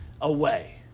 away